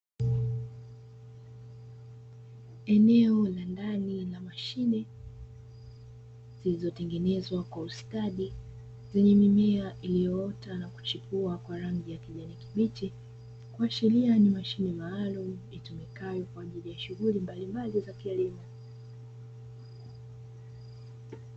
Eneo la ndanj la mashine lililotengenexwa kwa ustadi lenye mimea iliyoota na kichipua kwa rangi ya kijani kibichi kuashiria ni mashine maalumu itumikayo kwa ajili ya shughuli bali mbali za kilimo.